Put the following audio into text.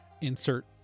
Insert